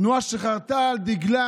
תנועה שחרתה על דגלה